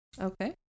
okay